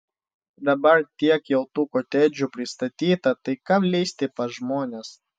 dabar tiek jau tų kotedžų pristatyta tai kam lįsti pas žmones